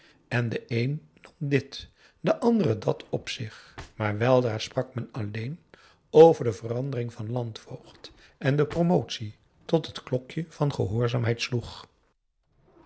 en de een nam dit de andere dat op zich maar weldra sprak men alleen over de verandering van landvoogd en de promotie tot het klokje van gehoorzaamheid sloeg